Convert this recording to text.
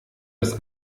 das